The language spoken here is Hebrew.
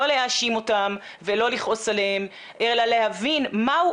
לא להאשים אותם ולא לכעוס עליהם אלא להבין מה הוא